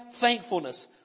thankfulness